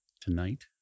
tonight